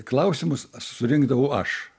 klausimus surinkdavau aš